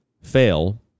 fail